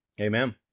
Amen